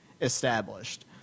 established